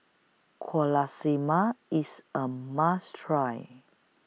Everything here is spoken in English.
Quesadillas IS A must Try